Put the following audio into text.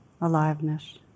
aliveness